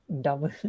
double